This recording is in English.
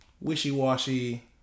wishy-washy